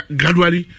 gradually